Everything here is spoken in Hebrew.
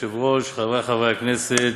אדוני היושב-ראש, חברי חברי הכנסת,